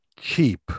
cheap